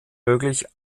möglich